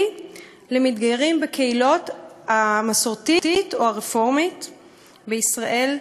למתגיירים בקהילות המסורתית והרפורמית בישראל.